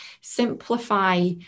Simplify